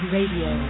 Radio